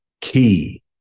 key